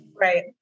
right